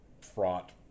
fraught